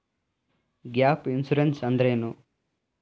Gap insurance ಅಂದ್ರೇನು?